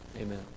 Amen